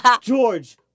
George